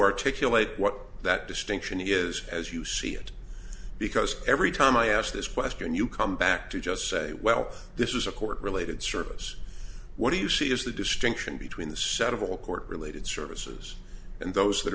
articulate what that distinction is as you see it because every time i ask this question you come back to just say well this is a court related service what do you see as the distinction between the set of all court related services and those that